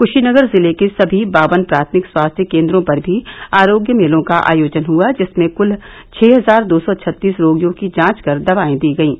कृशीनगर जिले के सनी बावन प्राथमिक स्वास्थ्य केंद्रों पर भी आरोग्य मेलों का आयोजन हुआ जिसमें कुल छह हजार दो सौ छत्तीस रोगियों की जांच कर दबाए दी गयीं